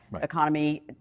economy